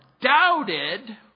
Doubted